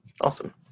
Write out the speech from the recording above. awesome